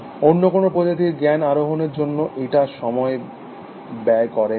অন্য কোনো প্রজাতি জ্ঞাণ আহোরণের জন্য এতটা সময় ব্যয় করে না